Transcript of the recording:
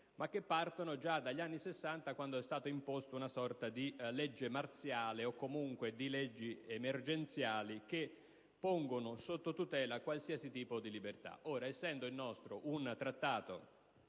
ma partono già dagli anni Sessanta, quando è stata imposta una sorta di legge marziale o, comunque, una serie di leggi emergenziali che pongono sotto tutela qualsiasi tipo di libertà. Essendo il nostro un trattato